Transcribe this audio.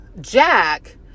Jack